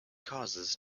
causes